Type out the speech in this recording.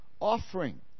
Offering